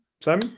Sam